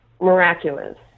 miraculous